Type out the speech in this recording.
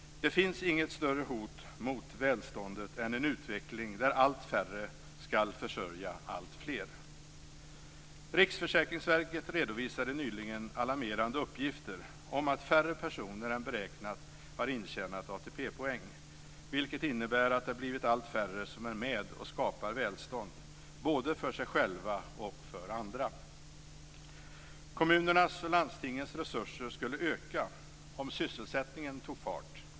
Det finns inget större hot mot välståndet än en utveckling där allt färre skall försörja alltfler. Riksförsäkringsverket redovisade nyligen alarmerande uppgifter om att färre personer än beräknat har intjänat ATP-poäng. Det innebär att det har blivit allt färre som är med och skapar välstånd - både för sig själva och för andra. Kommunernas och landstingens resurser skulle öka om sysselsättningen tog fart.